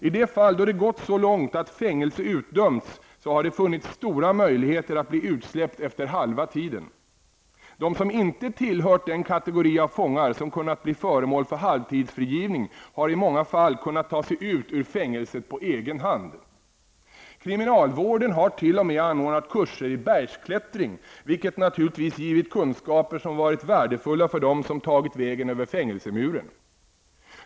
I de fall då det gått så långt att fängelse utdömts, har det funnits stora möjligheter att bli utsläppt efter halva tiden. De som inte tillhört den kategori av fångar som kunnat bli föremål för halvtidsfrigivning har i många fall kunnat ta sig ut ur fängelset på egen hand. Kriminalvården har t.o.m. anordnat kurser i bergsklättring, vilket naturligtvis givit kunskaper som varit värdefulla för dem som tagit vägen över fängelsemuren.